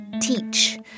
teach